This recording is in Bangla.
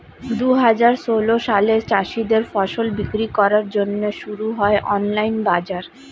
দুহাজার ষোল সালে চাষীদের ফসল বিক্রি করার জন্যে শুরু হয় অনলাইন বাজার